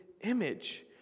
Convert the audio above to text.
image